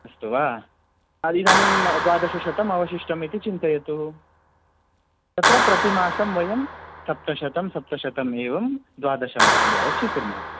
अस्तु वा इदानीं द्वादशशतमवशिष्टमिति चिन्तयतु तत्र प्रतिमासं वयं सप्तशतं सप्तशतम् एवं द्वादशमासं यावत् स्वीकुर्मः